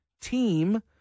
team